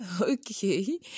Okay